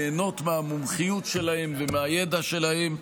ליהנות מהמומחיות שלהם ומהידע שלהם,